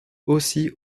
aussi